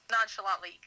nonchalantly